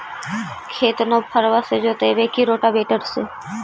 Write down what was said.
खेत नौफरबा से जोतइबै की रोटावेटर से?